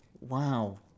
wow